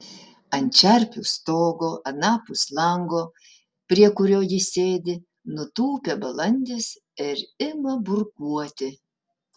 ant čerpių stogo anapus lango prie kurio ji sėdi nutūpia balandis ir ima burkuoti